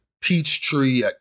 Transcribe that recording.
Peachtree